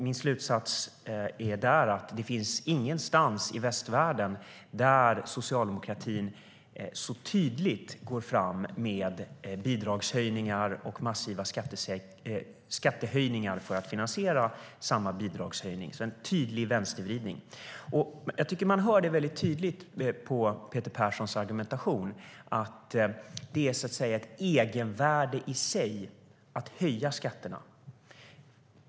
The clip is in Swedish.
Min slutsats där är att det inte finns någonstans i västvärlden där socialdemokratin så tydligt går fram med bidragshöjningar och massiva skattehöjningar för att finansiera samma bidragshöjning, alltså en tydlig vänstervridning. Jag tycker att man hör det mycket tydligt på Peter Perssons argumentation, att det är ett egenvärde i sig att höja skatterna.